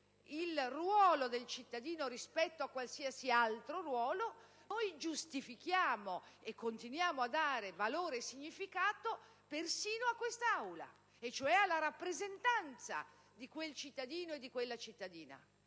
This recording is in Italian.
il ruolo del cittadino rispetto a qualsiasi altro ruolo, giustifichiamo e continuiamo a dare valore e significato persino a quest'Aula e cioè alla rappresentanza di quel cittadino e di quella cittadina.